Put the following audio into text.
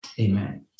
Amen